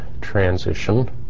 transition